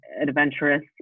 adventurous